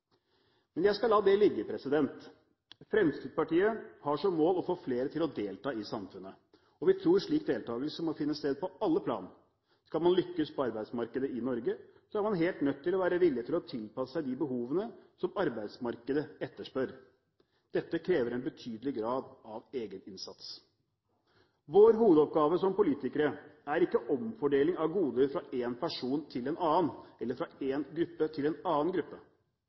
Men jeg skal la det ligge. Fremskrittspartiet har som mål å få flere til å delta i samfunnet, og vi tror slik deltagelse må finne sted på alle plan. Skal man lykkes på arbeidsmarkedet i Norge, er man helt nødt til å tilpasse seg de behovene som arbeidsmarkedet etterspør. Dette krever en betydelig grad av egeninnsats. Vår hovedoppgave som politikere er ikke omfordeling av goder fra en person til en annen eller fra en gruppe til en annen gruppe.